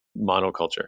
monoculture